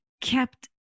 kept